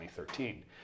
2013